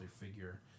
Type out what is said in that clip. figure